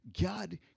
God